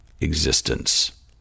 existence